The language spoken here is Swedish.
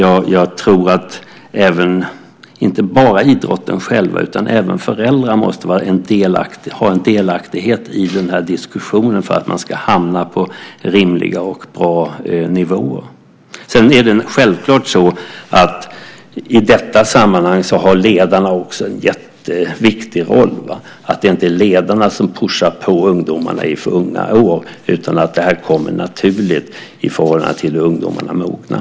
Jag tror att inte bara idrotten själv utan även föräldrar måste vara delaktiga i den här diskussionen för att man ska hamna på rimliga och bra nivåer. Sedan är det självklart så att också ledarna har en jätteviktig roll i detta sammanhang så att det inte bara är ledarna som "pushar på" ungdomarna i alltför unga år utan att det här kommer naturligt i förhållande till hur ungdomarna mognar.